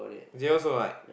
Xavier also don't like